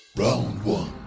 round one,